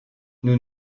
nous